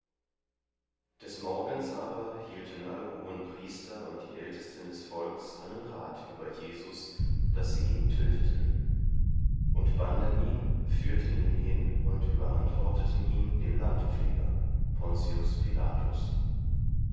des morgens aber hielten alle hohenpriester und die ältesten des volks einen rat über jesus daß sie ihn töteten und banden ihn führten ihn hin und überantworteten ihn dem landpfleger pontius pilatus